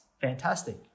fantastic